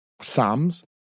sams